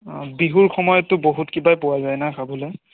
অঁ বিহুৰ সময়তটো বহুত কিবাই পোৱা যায় না খাবলৈ